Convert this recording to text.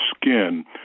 skin